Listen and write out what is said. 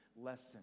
lesson